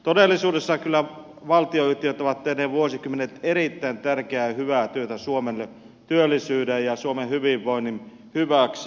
todellisuudessa kyllä valtionyhtiöt ovat tehneet vuosikymmenet erittäin tärkeää ja hyvää työtä suomelle työllisyyden ja suomen hyvinvoinnin hyväksi